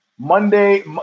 monday